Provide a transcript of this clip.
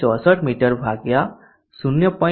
64 metre by 0